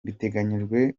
biteganyijwe